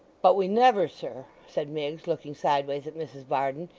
but we never, sir' said miggs, looking sideways at mrs varden,